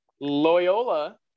Loyola